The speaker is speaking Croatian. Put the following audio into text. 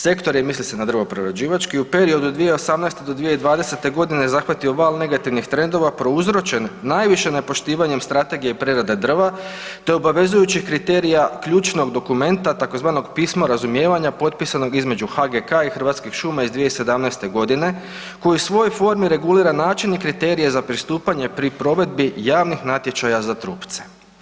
Sektor je, misli se na drvoprerađivački u periodu od 2018. do 2020. zahvatio val negativnih trendova prouzročen najviše nepoštivanjem strategije prerade drva te obavezujućeg kriterija ključnog dokumenta tzv. pisma razumijevanja potpisanog između HGK i Hrvatskih šuma iz 2017. godine koji u svojoj formi regulira način i kriterije za pristupanje pri provedbi javnog natječaja za trupce.